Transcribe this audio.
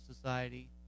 Society